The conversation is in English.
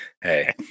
Hey